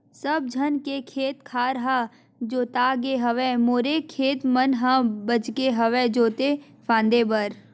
सब झन के खेत खार ह जोतागे हवय मोरे खेत मन ह बचगे हवय जोते फांदे बर